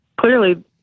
clearly